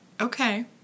Okay